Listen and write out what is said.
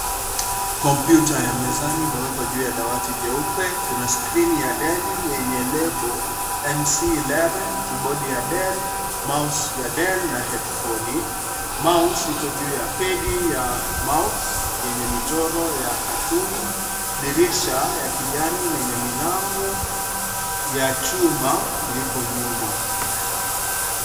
Kompyuta ya mezani imewekwa juu ya dawati jeupe, kuna skrini ya deli yenye lebo, NC11, kibodi ya Dell, (cs)mouse(cs)ya Dell, na (cs)head(cs)foni, (cs)mouse(cs)iko juu ya pedi ya, (cs)mouse(cs) yenye michoro ya katuni, dirisha la kijani lenye milango, ya chuma lipo nyuma.